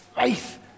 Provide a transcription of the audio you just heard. faith